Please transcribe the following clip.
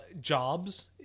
jobs